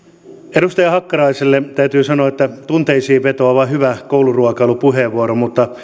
edustaja hakkaraiselle täytyy sanoa että tunteisiin vetoava hyvä kouluruokailupuheenvuoro mutta